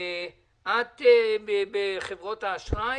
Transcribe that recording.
את בחברות האשראי?